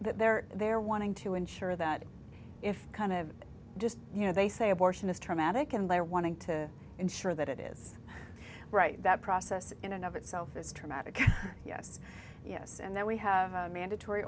there they're wanting to ensure that if kind of just you know they say abortion is traumatic and they are wanting to ensure that it is right that process in and of itself is traumatic yes yes and then we have mandatory